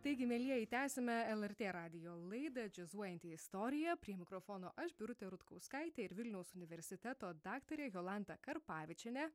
taigi mielieji tęsiame lrt radijo laidą džiazuojanti istorija prie mikrofono aš birutė rutkauskaitė ir vilniaus universiteto daktarė jolanta karpavičienė